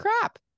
crap